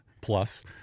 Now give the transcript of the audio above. plus